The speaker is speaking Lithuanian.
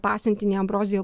pasiuntinį ambrozijų